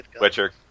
Witcher